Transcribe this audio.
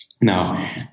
Now